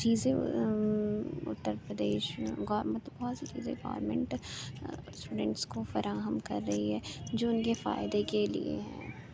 چیزیں اتر پردیش میں گور مطلب بہت سی چیزیں گورمینٹ اسٹوڈینٹس کو فراہم کر رہی ہے جو ان کے فائدے کے لیے ہے